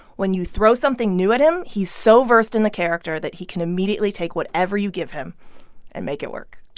when you throw something new at him, he's so versed in the character that he can immediately take whatever you give him and make it work.